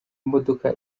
imodoka